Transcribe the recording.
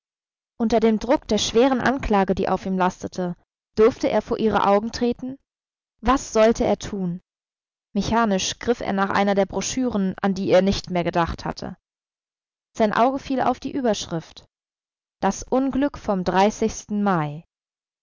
unter dem druck der schweren anklage die auf ihm lastete durfte er vor ihre augen treten was sollte er tun mechanisch griff er nach einer der broschüren an die er nicht mehr gedacht hatte sein auge fiel auf die überschrift das unglück vom mai